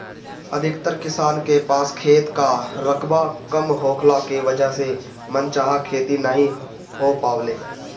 अधिकतर किसान के पास खेत कअ रकबा कम होखला के वजह से मन चाहा खेती नाइ हो पावेला